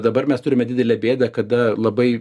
dabar mes turime didelę bėdą kada labai